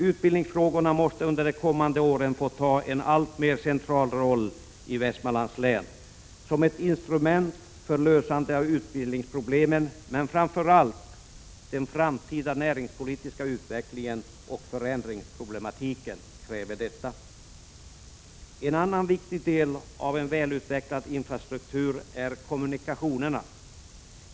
Utbildningsfrågorna måste under de kommande åren få en alltmer central roll i Västmanlands län som ett instrument för lösande av utbildningsproblemen men framför allt när det gäller att påverka den framtida näringspolitiska utvecklingen och förändringsproblematiken. En annan viktig del av en välutvecklad infrastruktur är kommunikationerna.